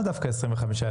למה דווקא 25,000?